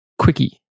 Quickie